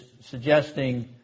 suggesting